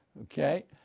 okay